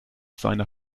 seiner